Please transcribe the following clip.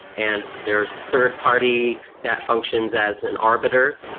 and there is a third party that functions as an arbiter,